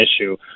issue